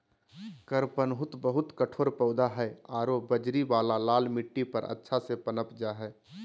कडपहनुत बहुत कठोर पौधा हइ आरो बजरी वाला लाल मिट्टी पर अच्छा से पनप जा हइ